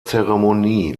zeremonie